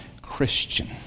Christian